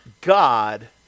God